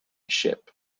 ship